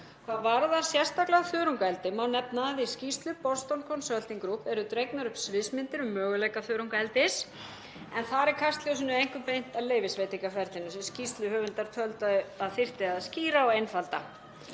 Hvað varðar sérstaklega þörungaeldi má nefna að í skýrslu Boston Consulting Group eru dregnar upp sviðsmyndir um möguleika þörungaeldis en þar er kastljósinu einkum beint að leyfisveitingaferlinu sem skýrsluhöfundar töldu að þyrfti að skýra og einfalda.